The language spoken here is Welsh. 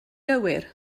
gywir